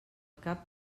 cap